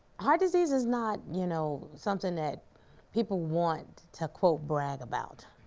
heart disease is not you know something that people want to quote, brag about